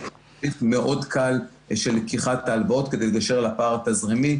תהליך מאוד קל של לקיחת ההלוואות כדי לגשר על הפער התזרימי,